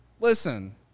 listen